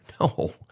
no